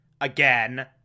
Again